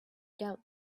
doubt